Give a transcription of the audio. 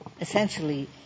essentially